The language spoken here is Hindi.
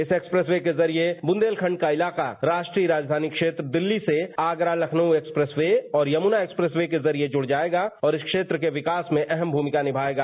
इस एक्स्प्रेसर्वे के जरिये बुंदेलखंड का इलाका राष्ट्रीय राज्यानी बैत्र दिल्ली से आगरा लखनऊ एक्स्प्रेसवे और यमुना एक्स्प्रेसवे के जरिये जुड़ जायेगा और इस क्षेत्र के विकास में अहम भूमिका निमायेगा